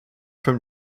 from